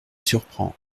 surprend